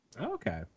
Okay